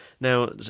Now